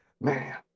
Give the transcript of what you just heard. man